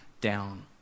down